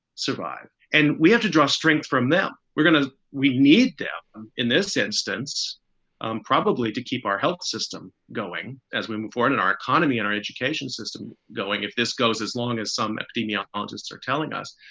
survive. and we have to draw strength from them. we're gonna we need them in this. it's um probably to keep our health system going as we move forward in our economy and our education system going, if this goes as long as some academia artists are telling us.